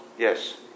Yes